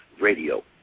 Radio